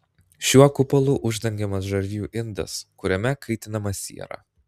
šiuo kupolu uždengiamas žarijų indas kuriame kaitinama siera